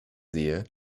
sehe